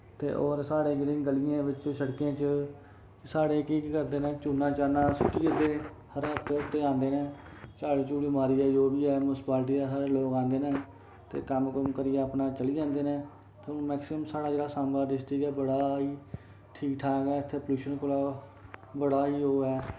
ते और साढ़े जेह्ड़ी गलियें बिच सड़कें च साढ़े केह् करदे नै चूना चाना सुट्टी दिंदे हर इक हफ्तै आंदे नै झाड़ू झूड़ू जो बी ऐ मुन्सपालिटी दे साढ़े लोग आंदे नै ते कम्म कुम्म करियै अपनै चली जंदे नै हून मैक्सिमम साढ़े जेह्ड़ा सांबा डिस्टिक ऐ बड़ा जादा ठीक ठाक ऐ इत्थें प्लूशन कोला बड़ा अजें ओह् ऐ